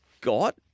got